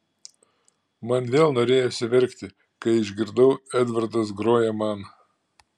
man vėl norėjosi verkti kai išgirdau edvardas groja man